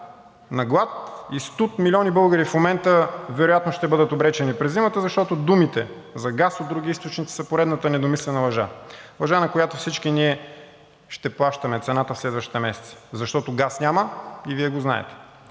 на глад и студ милиони българи в момента вероятно ще бъдат обречени през зимата, защото думите за газ и други източници са поредната недомислена лъжа, лъжа, на която всички ние ще плащаме цената следващите месеци, защото газ няма и Вие го знаете.